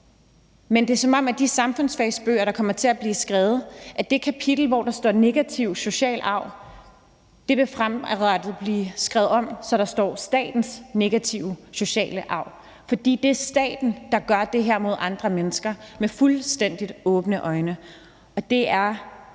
Det er som om, at i de samfundsfagsbøger, der kommer til at blive skrevet, må det kapitel, hvor der står negativ social arv, fremadrettet skrives om, så der står statens negativ sociale arv. For det er staten, der gør det her mod andre mennesker med fuldstændig åbne øjne, og det er